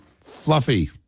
fluffy